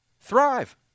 thrive